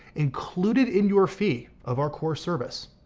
included in your fee of our core service,